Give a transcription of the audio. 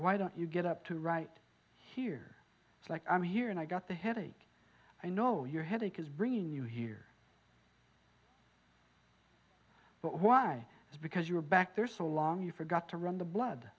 why don't you get up to write here it's like i'm here and i got the headache i know your headache is bringing you here but why because you're back there so long you forgot to run the blood